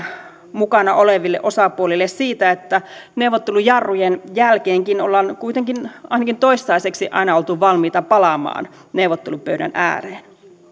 mukana oleville osapuolille siitä että neuvottelujarrujen jälkeenkin ollaan kuitenkin ainakin toistaiseksi aina oltu valmiita palaamaan neuvottelupöydän ääreen